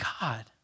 God